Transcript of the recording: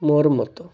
ମୋର ମତ